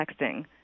texting